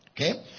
Okay